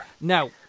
Now